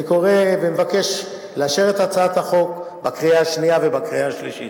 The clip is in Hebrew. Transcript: אני קורא ומבקש לאשר את הצעת החוק בקריאה שנייה ובקריאה שלישית.